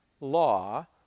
law